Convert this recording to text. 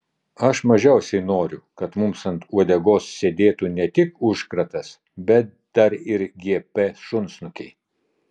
aš mažiausiai noriu kad mums ant uodegos sėdėtų ne tik užkratas bet dar ir gp šunsnukiai